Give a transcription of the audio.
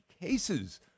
cases